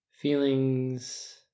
feelings